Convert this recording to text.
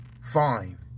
Fine